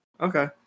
Okay